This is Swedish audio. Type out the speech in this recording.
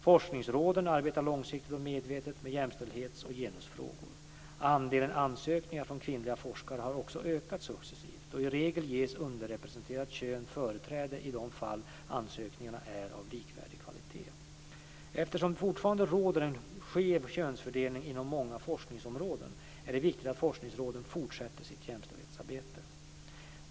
Forskningsråden arbetar långsiktigt och medvetet med jämställdhets och genusfrågor. Andelen ansökningar från kvinnliga forskare har också ökat successivt, och i regel ges underrepresenterat kön företräde i de fall ansökningarna är av likvärdig kvalitet. Eftersom det fortfarande råder en skev könsfördelning inom många forskningsområden är det viktigt att forskningsråden fortsätter sitt jämställdhetsarbete.